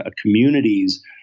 communities